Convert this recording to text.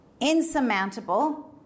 insurmountable